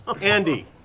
Andy